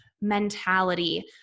mentality